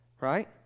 right